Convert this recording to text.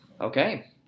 Okay